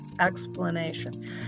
explanation